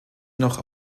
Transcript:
noch